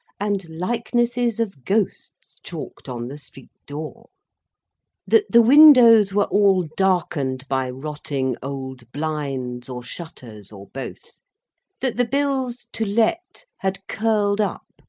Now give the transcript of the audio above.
and likenesses of ghosts chalked on the street-door that the windows were all darkened by rotting old blinds, or shutters, or both that the bills to let, had curled up,